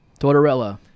Tortorella